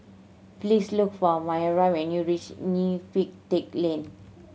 please look for Myah when you reach Neo Pee Teck Lane